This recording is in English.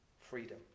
freedom